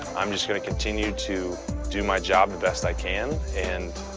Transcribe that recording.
i'm just gonna continue to do my job the best i can and,